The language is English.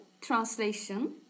Translation